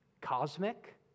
cosmic